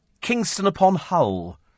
Kingston-upon-Hull